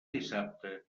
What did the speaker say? dissabte